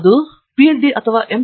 ಅದು ಏನು ಪಿಎಚ್ಡಿ ಮತ್ತು ಎಂ ಫಿಲ್